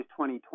2020